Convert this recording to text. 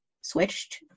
switched